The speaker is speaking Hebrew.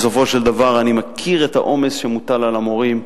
בסופו של דבר, אני מכיר את העומס שמוטל על המורים.